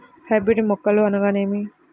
Hybrid మొక్కలు అనగానేమి?